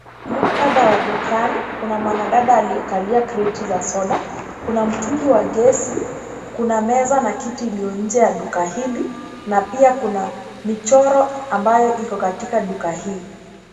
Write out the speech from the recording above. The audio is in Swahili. Muktadha wa dukani, kuna mwanadada aliyekalia kreti za soda, kuna mtungi wa ngesi, kuna meza na kiti iliyonje ya duka hili na pia kuna michoro ambayo iko katika duka hii.